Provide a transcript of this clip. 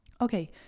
Okay